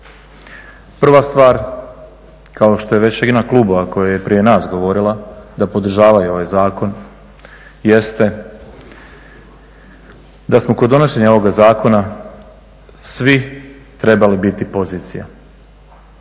Prva stvar kao što je već i na klubu a koja je prije nas govorila da podržavaju ovaj zakon jest da smo kod donošenja ovoga zakona svi trebali biti pozicija.